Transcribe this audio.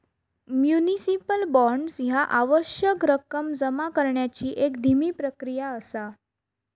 municipal bonds ह्या आवश्यक रक्कम जमा करण्याची एक धीमी प्रक्रिया असा